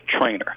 trainer